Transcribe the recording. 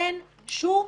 אין שום